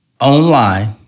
online